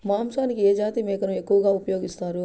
మాంసానికి ఏ జాతి మేకను ఎక్కువగా ఉపయోగిస్తారు?